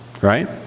right